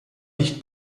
dicht